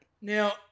Now